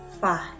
five